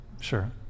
Sure